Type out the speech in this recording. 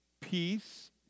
peace